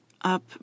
up